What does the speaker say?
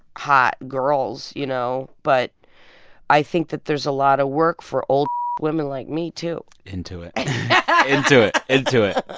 hot girls, you know? but i think that there's a lot of work for old women like me, too into it yeah into it. into it